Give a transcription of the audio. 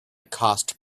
cost